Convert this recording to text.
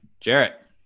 Jarrett